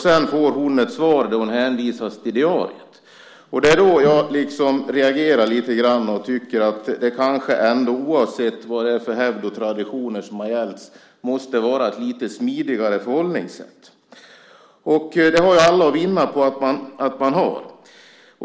Sedan får hon ett svar där hon hänvisas till diariet. Det är då jag reagerar lite grann och tycker att det kanske ändå, oavsett vad det är för hävd och tradition som har gällt, måste vara ett lite smidigare förhållningssätt. Det har alla att vinna på att man har.